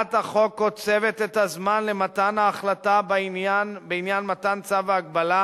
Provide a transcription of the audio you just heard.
הצעת החוק קוצבת את הזמן למתן ההחלטה בעניין מתן צו ההגבלה,